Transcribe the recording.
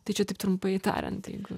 tai čia taip trumpai tariant jeigu